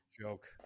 joke